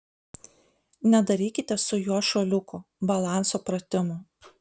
nedarykite su juo šuoliukų balanso pratimų